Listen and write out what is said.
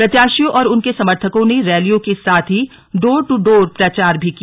प्रत्याशियों और उनके समर्थकों ने रैलियों के साथ ही डोर दू डोर प्रचार भी किया